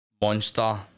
Monster